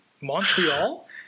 Montreal